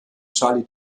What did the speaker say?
charlie